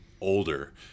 older